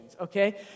okay